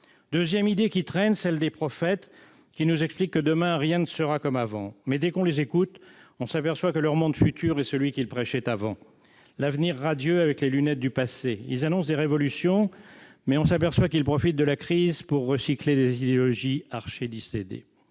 Deuxième idée qui traîne, celle des prophètes, qui nous expliquent que, demain, rien ne sera comme avant. Mais dès qu'on les écoute, on s'aperçoit que leur monde futur est celui qu'ils prêchaient avant : l'avenir radieux avec les lunettes du passé. Ils annoncent des révolutions, mais on s'aperçoit qu'ils profitent de la crise pour recycler des idéologies archidécédées